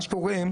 מה שקורה,